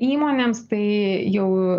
įmonėms tai jau